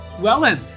Wellen